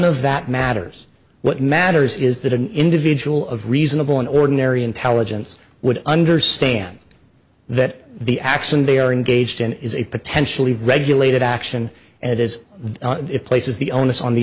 of that matters what matters is that an individual of reasonable and ordinary intelligence would understand that the action they are engaged in is a potentially regulated action and as it places the onus on the